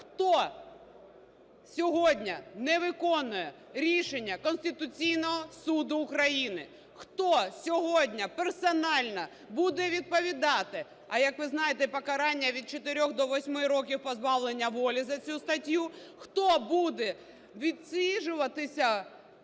хто сьогодні не виконує рішення Конституційного Суду України, хто сьогодні персонально буде відповідати, а як ви знаєте, покарання від 4 до 8 років позбавлення волі за цю статтю. Хто буде відсиджуватися за те, що